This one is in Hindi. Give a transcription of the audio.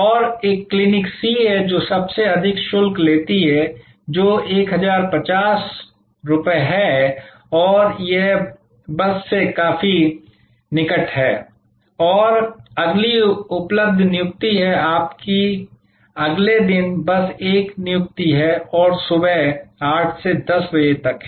और एक क्लिनिक सी है जो सबसे अधिक शुल्क लेती है जो 1050 है और यह बस से काफी निकट है और अगली उपलब्ध नियुक्ति है आपकी अगले दिन बस एक नियुक्ति है और सुबह 8 से 10 बजे तक है